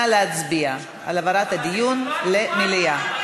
נא להצביע על העברת הדיון למליאה.